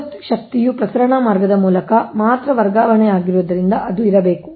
ಬೃಹತ್ ಶಕ್ತಿಯು ಪ್ರಸರಣ ಮಾರ್ಗದ ಮೂಲಕ ಮಾತ್ರ ವರ್ಗಾವಣೆಯಾಗುವುದರಿಂದ ಅದು ಇರಬೇಕು